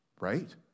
Right